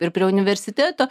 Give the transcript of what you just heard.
ir prie universiteto